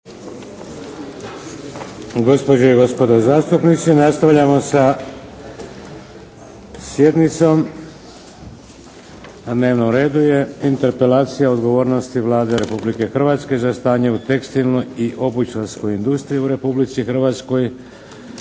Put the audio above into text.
gospođe i gospodo na galeriji, kolegice i kolege zastupnici. Kada bi ova interpelacija po odgovornosti Vlade Republike Hrvatske za stanje u tekstilnoj i obućarskoj industriji u Republici Hrvatskoj